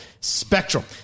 spectrum